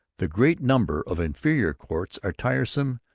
the great number of inferior courts are tiresome,